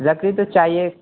لکڑی تو چاہیے